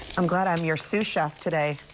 i'm glad i'm your sous chef today.